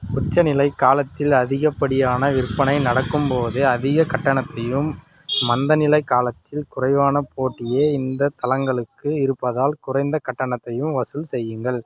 உச்சநிலை காலத்தில் அதிகப்படியான விற்பனை நடக்கும்போது அதிகக் கட்டணத்தையும் மந்தநிலை காலத்தில் குறைவான போட்டியே இந்தத் தளங்களுக்கு இருப்பதால் குறைந்த கட்டணத்தையும் வசூல் செய்யுங்கள்